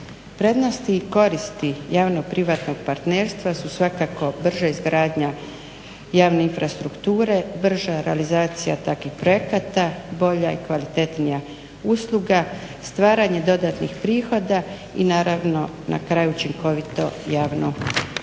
Prednosti i koristi javno-privatnog partnerstva su svakako brža izgradnja javne infrastrukture, brža realizacija takvih projekata, bolja i kvalitetnija usluga, stvaranje dodatnih prihoda i naravno na kraju učinkovito javno